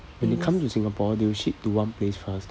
when they come to singapore they will ship to one place first